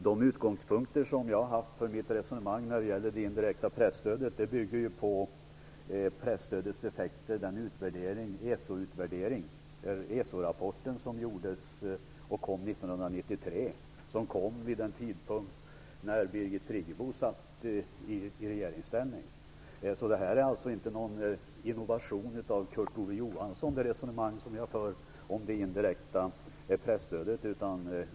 De utgångspunkter som jag har haft för mitt resonemang om det indirekta presstödet bygger på presstödets effekter, och på utvärderingen i ESO rapporten som kom 1993, vid en tidpunkt när Birgit Friggebo satt i regeringsställning. Det resonemang jag för om det indirekta presstödet är alltså inte någon innovation av Kurt Ove Johansson.